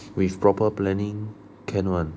with proper planning can [one]